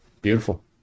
Beautiful